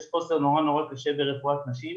זה באמת נכון ויש חוסר נורא קשה ברפואת נשים.